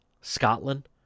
Scotland